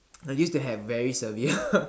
I used to have very severe